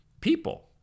People